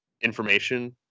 information